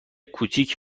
کوچیک